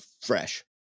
fresh